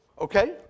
Okay